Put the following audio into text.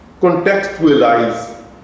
contextualize